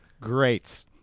great